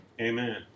Amen